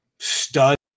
stud